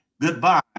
goodbye